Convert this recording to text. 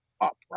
up